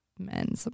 men